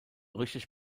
richtig